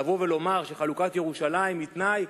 לבוא ולומר שחלוקת ירושלים היא תנאי,